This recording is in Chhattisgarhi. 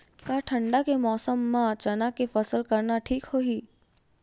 का ठंडा के मौसम म चना के फसल करना ठीक होही?